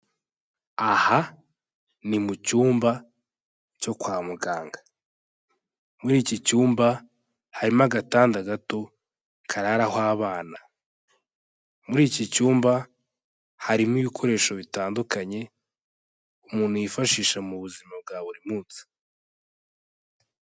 Aha ni mu cyumba cyo kwa muganga, muri iki cyumba harimo agatanda gato kararaho abana, muri iki cyumba harimo ibikoresho bitandukanye umuntu yifashisha mu buzima bwa buri munsi.